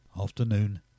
Afternoon